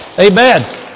Amen